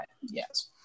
Yes